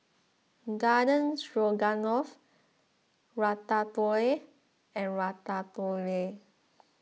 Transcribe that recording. Garden Stroganoff Ratatouille and Ratatouille